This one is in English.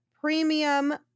premium